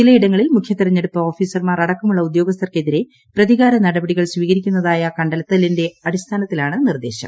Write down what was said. ചിലയിടങ്ങളിൽ മുഖ്യ തെരഞ്ഞെടുപ്പ് ഓഫീസർമാർ അടക്കമുള്ള ഉദ്യോഗസ്ഥർക്കെതിരെ പ്രതികാര നടപടികൾ സ്വീകരിക്കുന്നതായ കണ്ടെത്തലിന്റെ അടിസ്ഥാനത്തിലാണ് നിർദ്ദേശം